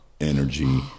energy